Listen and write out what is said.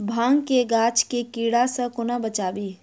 भांग केँ गाछ केँ कीड़ा सऽ कोना बचाबी?